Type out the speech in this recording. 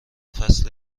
فصل